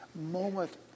moment